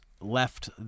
left